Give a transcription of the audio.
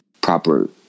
proper